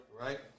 Right